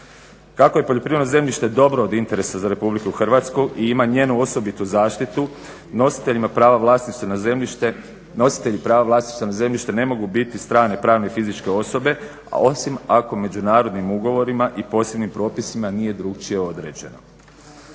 Kako je poljoprivredno zemljište dobro od interesa za Republiku Hrvatsku i ima njenu osobitu zaštitu, nositelji prava vlasništva nad zemljištem ne mogu biti strane, pravne i fizičke osobe, osim ako međunarodnim ugovorima i posebnim propisima nije drukčije određeno.